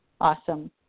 awesome